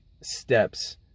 steps